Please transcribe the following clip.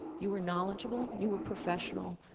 you were knowledgeable, you were professional,